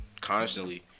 constantly